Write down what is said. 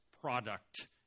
product